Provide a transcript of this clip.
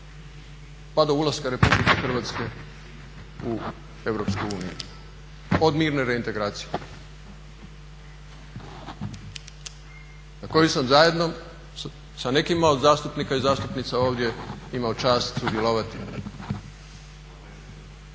pa do ulaska RH u EU od mirne reintegracije za koju sam zajedno sa nekima od zastupnika i zastupnica ovdje imao čast sudjelovati